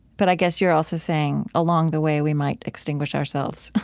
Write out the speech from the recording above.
but i guess you're also saying along the way we might extinguish ourselves